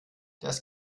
das